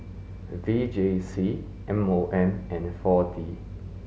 V J C M O M and four D